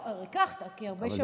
לא, ריככת, כי הרבה שם בוטל.